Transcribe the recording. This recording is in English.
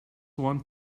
one